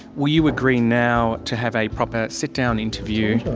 will you agree now to have a proper sit down interview?